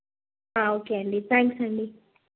okay అండి thanks అండి